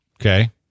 okay